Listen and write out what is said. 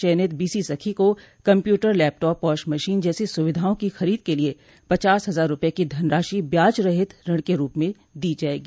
चयनित बीसी सखी को कम्प्यूटर लैपटॉप पाश मशीन जैसी सुविधाओं की खरीद के लिये पचास हजार रूपये की धनराशि ब्याज रहित ऋण के रूप में दी जायेगी